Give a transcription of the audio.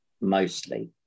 mostly